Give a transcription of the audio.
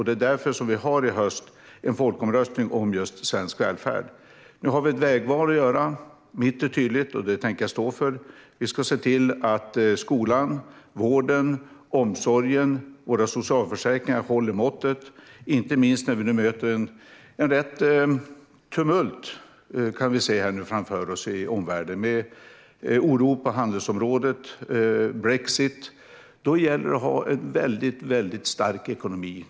Det är därför som vi i höst har en folkomröstning om just svensk välfärd. Nu har vi ett vägval att göra. Mitt är tydligt, och det tänker jag stå för. Vi ska se till att skolan, vården, omsorgen och våra socialförsäkringar håller måttet. Det gäller inte minst när vi nu möter det tumult vi kan se framför oss i omvärlden med oro på handelsområdet och brexit. Då gäller det att ha en väldigt stark ekonomi.